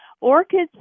Orchids